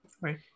Right